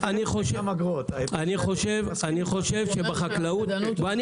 שר החקלאות ופיתוח הכפר עודד פורר: יש